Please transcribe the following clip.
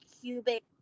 cubic